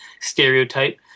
stereotype